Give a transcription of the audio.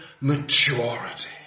maturity